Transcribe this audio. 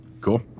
cool